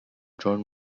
john